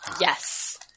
Yes